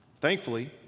Thankfully